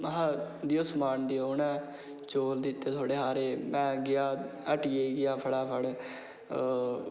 देओ समान देओ उनें चौल दित्ते थोह्ड़े हारे में गेआ हट्टियै ई गेआ फटाफट अ